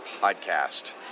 podcast